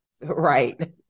right